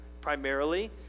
primarily